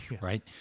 right